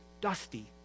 dusty